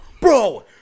Bro